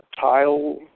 Tile